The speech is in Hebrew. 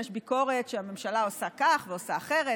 יש ביקורת שהממשלה עושה כך ועושה אחרת,